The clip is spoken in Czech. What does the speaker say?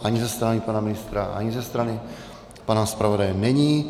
Ani ze strany pana ministra, ani ze strany pana zpravodaje není.